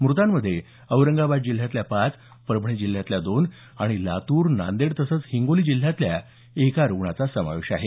मृतांमध्ये औरंगाबाद जिल्ह्यातल्या पाच परभणी जिल्ह्यातल्या दोन आणि लातूर नांदेड तसंच हिंगोली जिल्ह्यातल्या एका प्रत्येकी रुग्णाचा समावेश आहे